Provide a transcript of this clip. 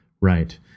right